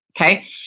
Okay